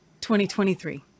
2023